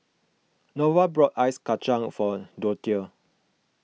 Norval bought Ice Kachang for Dorthea